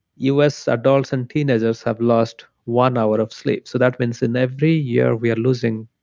u s. adults and teenagers have lost one hour sleep. so that means in every year, we're losing